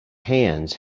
hands